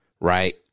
right